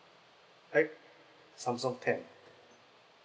eh samsung ten